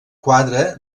quadre